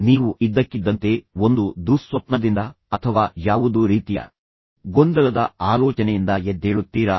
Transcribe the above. ನೀವು ಇದ್ದಕ್ಕಿದ್ದಂತೆ ಒಂದು ದುಃಸ್ವಪ್ನದಿಂದ ಅಥವಾ ಯಾವುದೋ ರೀತಿಯ ಗೊಂದಲದ ಆಲೋಚನೆಯಿಂದ ಎದ್ದೇಳುತ್ತೀರಾ